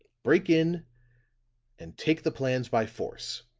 break in and take the plans by force.